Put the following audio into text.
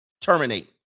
terminate